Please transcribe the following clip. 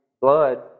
blood